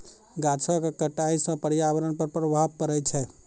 गाछो क कटाई सँ पर्यावरण पर प्रभाव पड़ै छै